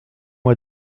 moi